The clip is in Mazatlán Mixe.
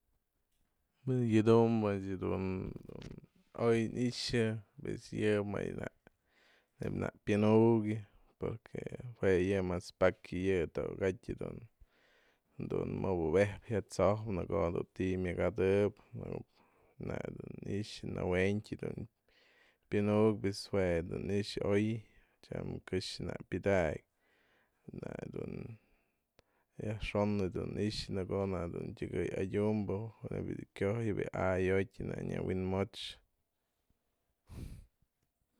Në yë dumbë më yë dun o'oy nixa'an pues yë më na'ak neib na'ak plunë'ëkë porque jue yë mas pakia yë to'ogatyë dun dun mëbu'upepjë jya tso'ojpë në ko'o dun ti'i myak jadë'ëp në ko'o dun ni'ix nawe'entyë plunë'ëk pues jue dun i'ix o'oy tyam kë'xë na'ak piada'ak na'a dun yajxo'on jadun i'ix në ko'o na'ak adyu'umpë nebya du kyoj a'ay jo'oty na'ak dun nyawinmoch.